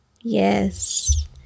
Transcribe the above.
Yes